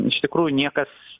iš tikrųjų niekas